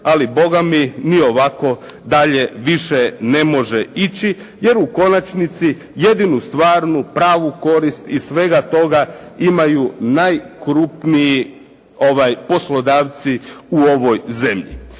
ali bogami ni ovako dalje više ne može ići jer u konačnici jedinu stvarnu pravu korist iz svega toga imaju najkrupniji poslodavci u ovoj zemlji.